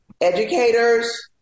educators